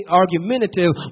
argumentative